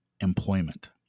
employment